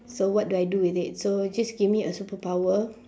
so what do I do with it so just give me a superpower